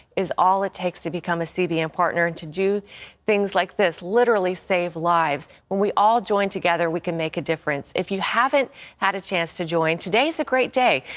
is all it takes to become a cbn partner. and to do things like this, literally save lives. when we all join together, we can make a difference. if you haven't had a chance to join, today is a great day.